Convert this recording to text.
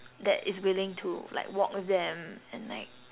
that is willing to like walk with them and like